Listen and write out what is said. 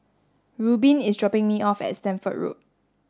Rubin is dropping me off at Stamford Road